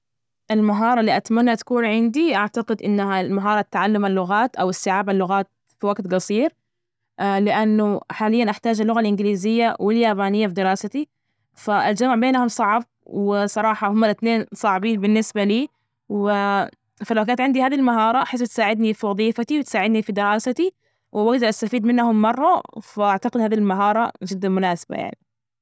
المهارة اللي أتمنى تكون عندي، أعتقد إنها مهارة تعلم اللغات أو استيعاب اللغات في وجت جصير، لأنه حاليا احتاج اللغة الإنجليزية واليابانية في دراستي، فالجمع بينهم صعب وصراحة، هم الإثنين صعبين بالنسبة لي، و فلو كانت عندي هذه المهارة أحس تساعدني في وظيفتي وتساعدني في دراستي، وأجدر أستفيد منهم مرة، فأعتقد هذه المهارة جدا مناسبة يعني.